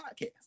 podcast